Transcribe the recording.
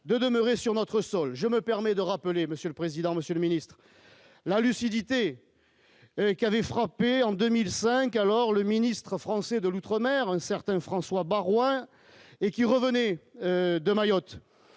de demeurer sur notre sol je me permets de rappeler, Monsieur le Président, Monsieur le Ministre, la lucidité qui avait frappé en 2005, alors le ministre français de l'outre-mer, un certain François Baroin et qui revenait de Mayotte,